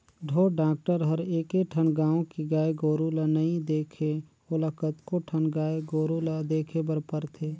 ढोर डॉक्टर हर एके ठन गाँव के गाय गोरु ल नइ देखे ओला कतको ठन गाय गोरु ल देखे बर परथे